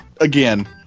Again